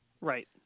Right